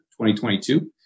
2022